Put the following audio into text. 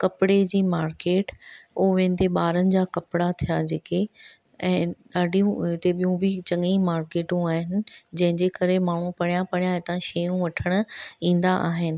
कपिड़े जी मार्केट हो वेंदे ॿारनि जा कपिड़ा थिया जेके ऐं ॾाढियूं इते ॿियूं बि चङियूं मार्केटूं आहिनि जंहिं जे करे माण्हू परियां परियां हितां शयूं वठण ईंदा आहिनि